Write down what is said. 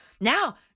Now